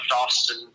Austin